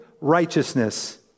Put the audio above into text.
righteousness